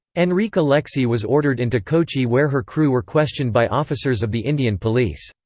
enrica lexie was ordered into kochi where her crew were questioned by officers of the indian police.